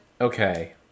Okay